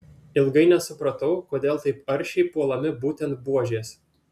ilgai nesupratau kodėl taip aršiai puolami būtent buožės